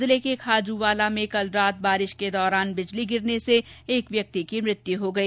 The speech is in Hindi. जिले में खाजुवाला में भी बारिश के दौरान बिजली गिरने से एक व्यक्ति की मृत्यु हो गई